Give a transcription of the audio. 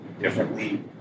differently